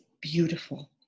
beautiful